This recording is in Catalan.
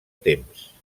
temps